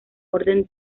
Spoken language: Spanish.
orden